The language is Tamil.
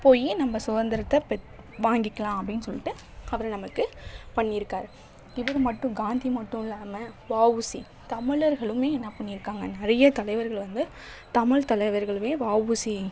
போய் நம்ப சுதந்திரத்தை பெற் வாங்கிக்கலாம் அப்படின்னு சொல்லிட்டு அவர் நமக்கு பண்ணிருக்கார் இவர் மட்டும் காந்தி மட்டும் இல்லாமல் வஉசி தமிழர்களுமே என்ன பண்ணி இருக்காங்க நிறைய தலைவர்களை வந்து தமிழ் தலைவர்களுமே வஉசி